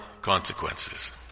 consequences